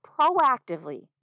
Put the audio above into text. proactively